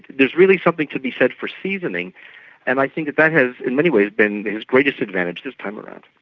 there's really something to be said for seasoning and i think that that has in many ways been his greatest advantage this time around.